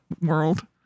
world